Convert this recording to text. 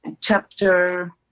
chapter